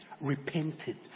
repentance